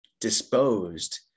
disposed